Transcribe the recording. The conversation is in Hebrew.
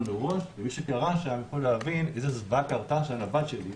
מראש ומי שקרא יכול להבין איזו זוועה קרתה שם לבת שלי.